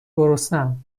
گرسنهام